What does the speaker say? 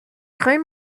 très